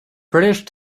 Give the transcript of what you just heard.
british